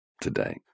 today